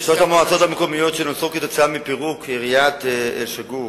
1. בשלוש המועצות המקומיות שנוצרו כתוצאה מפירוק עיריית אל-שגור